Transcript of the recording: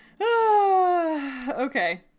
Okay